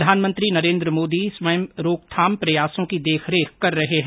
प्रधानमंत्री नरेन्द्र मोदी स्वयं रोकथाम प्रयासों की देखरेख कर रहे हैं